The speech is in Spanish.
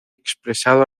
expresado